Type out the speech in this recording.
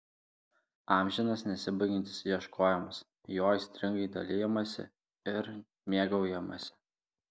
amžinas nesibaigiantis ieškojimas juo aistringai dalijamasi ir mėgaujamasi